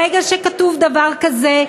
ברגע שכתוב דבר כזה,